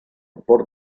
port